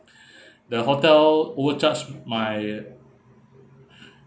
the hotel overcharged my